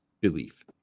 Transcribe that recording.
belief